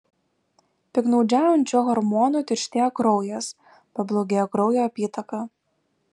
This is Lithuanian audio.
piktnaudžiaujant šiuo hormonu tirštėja kraujas pablogėja kraujo apytaka